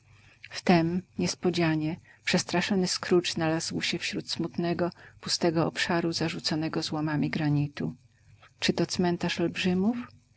wtem niespodzianie przestraszony scrooge znalazł się wśród smutnego pustego obszaru zarzuconego złomami granitu czy to cmentarz olbrzymów